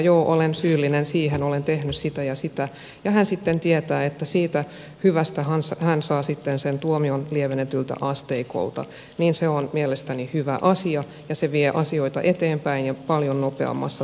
joo olen syyllinen siihen olen tehnyt sitä ja sitä ja hän sitten tietää että siitä hyvästä hän saa sen tuomion lievennetyltä asteikolta niin se on mielestäni hyvä asia ja vie asioita eteenpäin ja paljon nopeammassa tahdissa